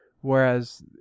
Whereas